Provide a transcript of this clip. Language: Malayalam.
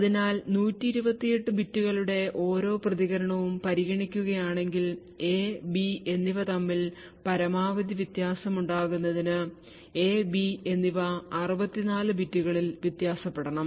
അതിനാൽ 128 ബിറ്റുകളുടെ ഓരോ പ്രതികരണവും പരിഗണിക്കുകയാണെങ്കിൽ എ ബി എന്നിവ തമ്മിൽ പരമാവധി വ്യത്യാസം ഉണ്ടാകുന്നതിന് എ ബി എന്നിവ 64 ബിറ്റുകളിൽ വ്യത്യാസപ്പെടണം